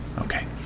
Okay